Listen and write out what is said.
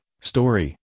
story